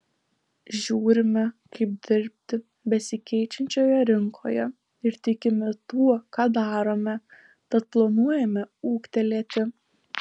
žiūrime kaip dirbti besikeičiančioje rinkoje ir tikime tuo ką darome tad planuojame ūgtelėti